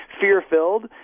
fear-filled